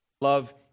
love